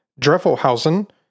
Dreffelhausen